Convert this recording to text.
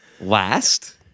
last